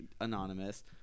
Anonymous